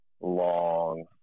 long